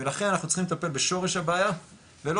ולכן אנחנו צריכים לטפל בשורש הבעיה ולא